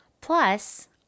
Plus